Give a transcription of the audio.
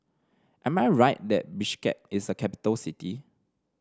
am I right that Bishkek is a capital city